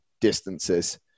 distances